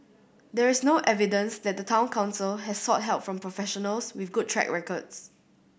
there is no evidence that the Town Council has sought help from professionals with good track records